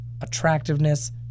attractiveness